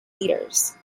litres